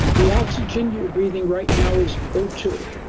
the oxygen you're breathing right now is o two